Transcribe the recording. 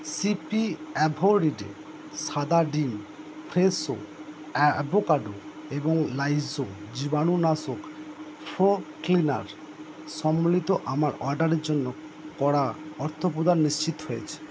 C P everyday সাদা ডিম Fresho avocado এবং লাইজল জীবাণুনাশক ফ্লোর ক্লিনার সম্বলিত আমার অর্ডারের জন্য করা অর্থপ্রদান নিশ্চিত হয়েছে